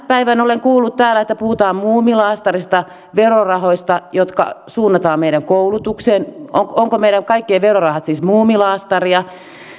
päivän olen kuullut täällä että puhutaan muumilaastarista verorahoista jotka suunnataan meidän koulutukseen ovatko meidän kaikkien verorahat siis muumilaastaria